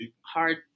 hard